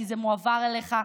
כי זה מועבר אליך.